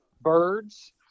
birds